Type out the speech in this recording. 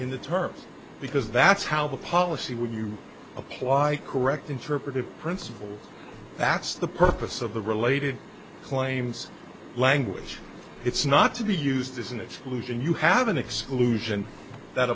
in the terms because that's how the policy would you apply correct interpretive principle that's the purpose of the related claims language it's not to be used as an exclusion you have an exclusion that